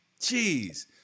Jeez